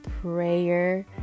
prayer